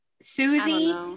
Susie